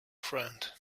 friend